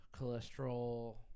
cholesterol